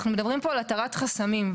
אנחנו מדברים פה על התרת חסמים.